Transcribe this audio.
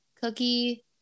cookie